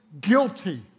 guilty